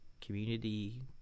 community